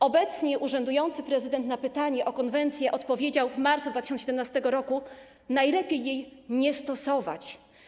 Obecnie urzędujący prezydent na pytanie o konwencję odpowiedział w marcu 2017 r. - najlepiej jej nie stosować.